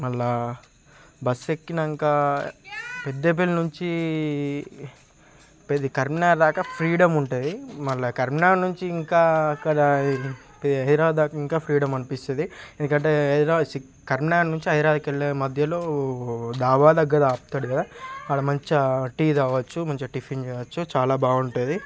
మళ్ళీ బస్సు ఎక్కాక పెద్దపల్లి నుంచి కరీంనగర్ దాకా ఫ్రీడం ఉంటుంది మళ్ళీ కరీంనగర్ నుంచి ఇంకా అక్కడ హైదరాబాద్ దాకా ఇంకా ఫ్రీడమ్ అనిపిస్తుంది ఎందుకంటే హైదరాబాద్ కరీంనగర్ నుంచి హైదరాబాద్ వెళ్ళే మధ్యలో ధాబా దగ్గర ఆపుతాడు కదా అక్కడ మంచిగా టీ తాగొచ్చు మంచిగా టిఫిన్ చేయవచ్చు చాలా బాగుంటుంది